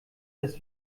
das